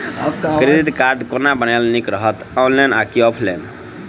Credit card कोना बनेनाय नीक रहत? ऑनलाइन आ की ऑफलाइन?